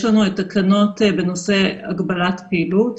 יש תקנות בנושא הגבלת פעילות,